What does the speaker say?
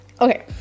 Okay